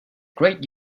great